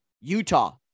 Utah